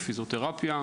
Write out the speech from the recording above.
מפיזיותרפיה,